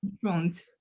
front